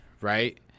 Right